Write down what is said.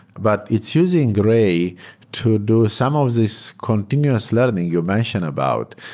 but it's using ray to do some of these continuous learning you mentioned about.